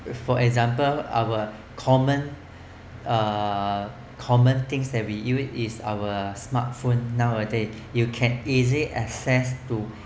for example our common uh common things that we you it is our smartphone nowadays you can easily access to